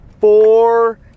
four